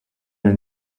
your